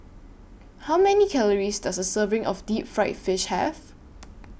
How Many Calories Does A Serving of Deep Fried Fish Have